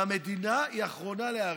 והמדינה היא האחרונה להיערך.